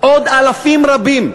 עוד אלפים רבים.